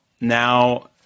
now